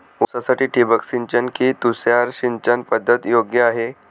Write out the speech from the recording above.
ऊसासाठी ठिबक सिंचन कि तुषार सिंचन पद्धत योग्य आहे?